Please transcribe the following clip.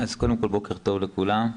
בוקר טוב לכולם.